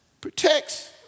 protects